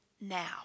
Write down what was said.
now